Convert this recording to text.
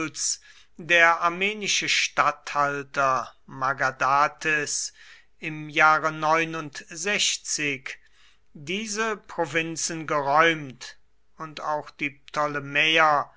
der armenische statthalter magadates im jahre diese provinzen geräumt und auch die